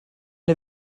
der